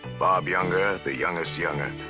bob younger, the youngest younger,